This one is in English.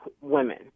women